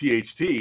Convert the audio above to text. THT